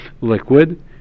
liquid